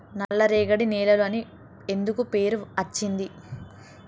నల్లరేగడి నేలలు అని ఎందుకు పేరు అచ్చింది?